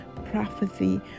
prophecy